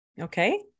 Okay